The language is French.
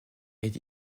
est